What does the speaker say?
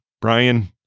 Brian